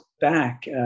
back